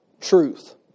truth